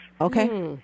Okay